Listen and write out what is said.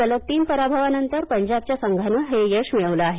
सलग तीन पराभवांनंतर पंजाबच्या संघानं हे यश मिळवलं आहे